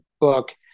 book